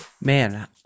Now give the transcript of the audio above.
Man